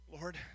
Lord